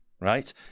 right